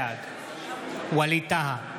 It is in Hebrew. בעד ווליד טאהא,